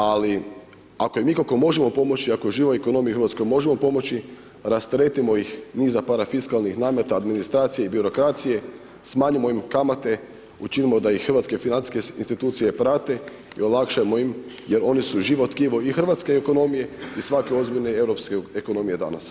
Ali ako im ikako možemo pomoći, ako živoj ekonomiji Hrvatske možemo pomoći rasteretimo ih niza parafiskalnih nameta, administracije i birokracije, smanjimo im kamate, učinimo da ih hrvatske financijske institucije prate i olakšajmo im jer oni su živo tkivo i hrvatske ekonomije i svake ozbiljne europske ekonomije danas.